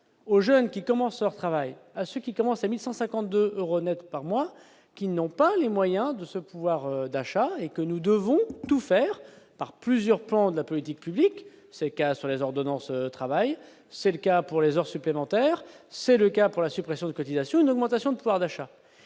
aux jeunes qui commencent leur travail. à ceux qui commencent à 1152 euros Net par mois, qui n'ont pas les moyens de ce pouvoir d'achat et que nous devons tous faire par plusieurs plans de la politique publique, c'est cas sur les ordonnances travail c'est le cas pour les heures supplémentaires, c'est le cas pour la suppression des cotisations, une augmentation de pouvoir d'achat